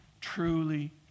truly